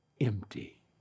empty